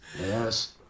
Yes